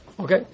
Okay